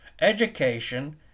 education